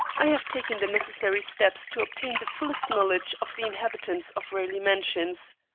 i have taken the necessary steps to obtain the fullest knowledge of the inhabitants of raleigh mansions.